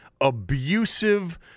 abusive